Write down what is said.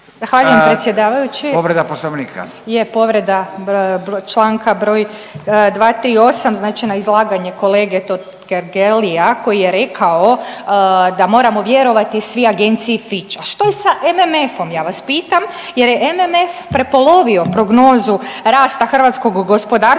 Hvala g. predsjedavajući.